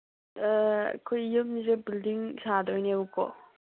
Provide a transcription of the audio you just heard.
ꯑꯩꯈꯣꯏ ꯌꯨꯝꯁꯦ ꯕꯤꯜꯗꯤꯡ ꯁꯥꯗꯣꯏꯅꯦꯕꯀꯣ